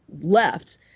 left